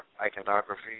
Iconography